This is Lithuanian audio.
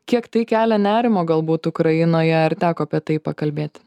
kiek tai kelia nerimą galbūt ukrainoje ar teko apie tai pakalbėti